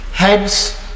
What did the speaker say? Heads